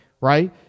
right